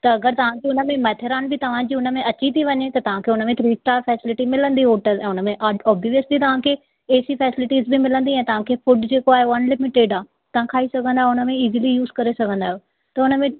त अगरि तव्हां खे हुन में माथेरान बि तव्हां जी उन में अची थी वञे त तव्हां खे हुन में थ्री स्टार फैसिलिटी मिलंदी होटल ऐं हुन में ऑब्वियस्ली तव्हां खे एसी फैसेलिटीस बि मिलंदी ऐं तव्हां खे फूड जेको आहे उहो अनलिमिटेड आहे तव्हां खाई सघंदा आहियो ऐं हुन में ईज़िली यूज़ करे सघंदा आहियो त हुन में